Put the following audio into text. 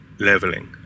Leveling